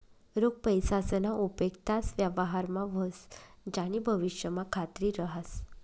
रोख पैसासना उपेग त्याच व्यवहारमा व्हस ज्यानी भविष्यमा खात्री रहास